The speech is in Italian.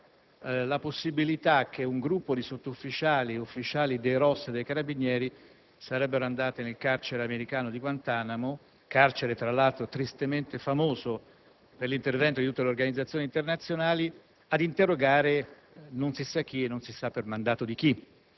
la possibilità che un gruppo di sottufficiali e ufficiali dei ROS dei carabinieri si sarebbe recato nel carcere americano di Guantanamo - tra l'altro tristemente famoso per l'intervento di tutte le organizzazioni internazionali - ad interrogare non si sa chi e non si sa per mandato di chi.